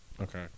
Okay